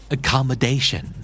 Accommodation